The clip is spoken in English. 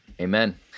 amen